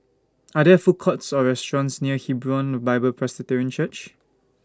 Are There Food Courts Or restaurants near Hebron Bible Presbyterian Church